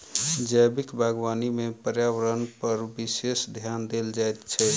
जैविक बागवानी मे पर्यावरणपर विशेष ध्यान देल जाइत छै